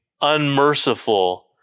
unmerciful